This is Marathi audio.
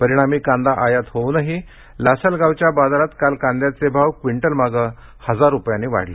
परिणामी कांदा आयात होऊनही लासलगावच्या बाजारात काल कांद्याचे भाव क्विंटलमागे हजार रुपयांनी वाढले